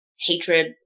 hatred